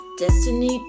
destiny